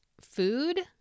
food